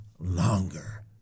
longer